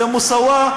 זה מוסאוא,